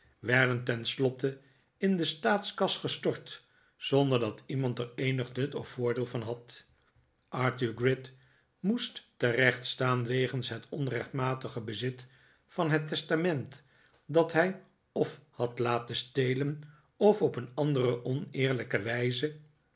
werden tenslotte in de staatskas gestort zonder dat iemand er eenig nut of voordeel van had arthur gride moest terechtstaan wegens het onrechtmatige bezit van het testament dat hij of had laten stelen of op een andere oneerlijke wijze